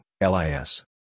LIS